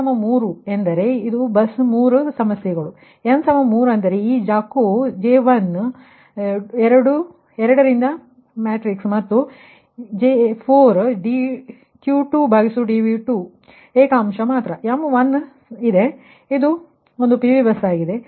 ಆದ್ದರಿಂದ n 3 ಅಂದರೆ ಈ ಜಾಕೋ J1 2 ರಿಂದ 2 ಮ್ಯಾಟ್ರಿಕ್ಸ್ ಮತ್ತು J4 ವು dQ2dV2 ಏಕ ಅಂಶ ಮಾತ್ರ ಮತ್ತು m 1 ಇದೆ ಒಂದು PV ಬಸ್ ಇದೆ